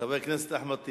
חבר הכנסת אחמד טיבי,